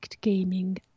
Gaming